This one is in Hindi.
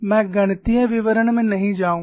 मैं गणितीय विवरण में नहीं जाऊँगा